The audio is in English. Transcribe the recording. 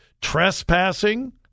trespassing